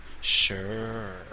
Sure